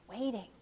waiting